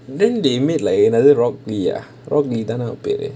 then they make like another rock lee ah